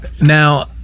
Now